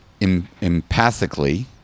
empathically